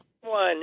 One